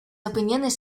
opiniones